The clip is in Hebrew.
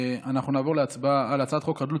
אנחנו נעבור להצבעה על הצעת חוק חדלות